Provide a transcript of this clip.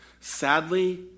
Sadly